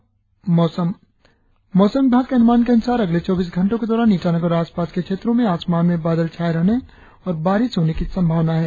और अब मौसम मौसम विभाग के अनुमान के अनुसार अगले चौबीस घंटो के दौरान ईटानगर और आसपास के क्षेत्रो में आसमान में बादल छाये रहने और बारिश होने की संभावना है